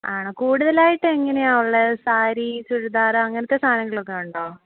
ആണോ കൂടുതലായിട്ട് എങ്ങനെയാണ് ഉള്ളത് സാരി ചുരിദാറ് അങ്ങനത്തെ സാധനങ്ങളൊക്കെ ഉണ്ടോ